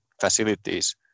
facilities